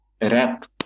rap